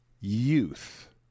youth